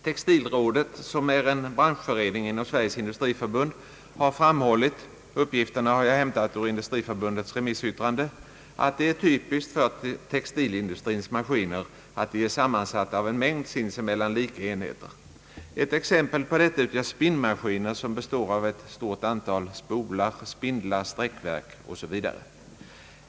Textilrådet, som är en branschförening inom Sveriges industriförbund, har framhållit — uppgifterna har jag hämtat ur Industriförbundets remissyttrande — att det är typiskt för textilindustrins maskiner att de är sammansatta av en mängd sinsemellan lika enheter. Ett exempel på detta utgör spinnmaskiner, som består av ett stort antal spolar, spindlar, sträckverk osv.